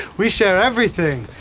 we share everything!